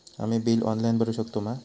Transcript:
आम्ही bill online भरुक शकतू मा?